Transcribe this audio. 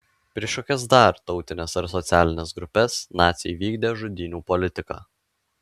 prieš kokias dar tautines ar socialines grupes naciai vykdė žudynių politiką